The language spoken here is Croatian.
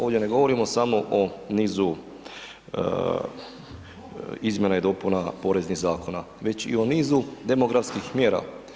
Ovdje ne govorimo samo o nizu izmjena i dopuna poreznih zakona već i o nizu demografskih mjera.